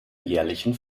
jährlichen